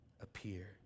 appear